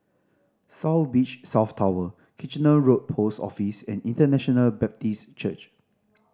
South Beach South Tower Kitchener Road Post Office and International Baptist Church